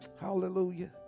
Hallelujah